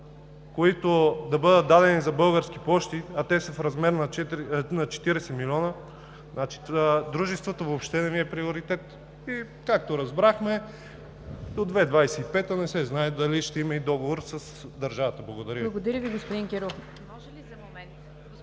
които да бъдат дадени за Български пощи, а те са в размер на 40 милиона, значи дружеството въобще не Ви е приоритет. А както разбрахме, до 2025 г. не се знае дали ще има и договор с държавата. Благодаря Ви.